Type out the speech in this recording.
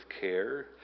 care